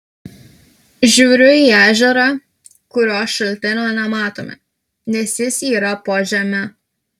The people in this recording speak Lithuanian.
žiūriu į ežerą kurio šaltinio nematome nes jis yra po žeme